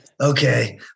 okay